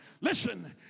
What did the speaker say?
Listen